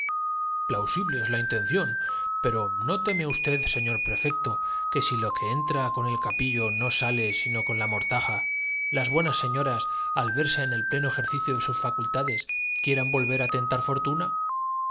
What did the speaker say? primeros años volverían con señor prefecto que si lo que entra con el capillo no arrepenti sale sino con la mortaja las buenas señoras al verse miento á la senda de la virtud á no impedírselo el es en el pleno ejercicio de sus facultades quieran volver espacio el